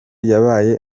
yabaye